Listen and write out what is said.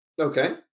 Okay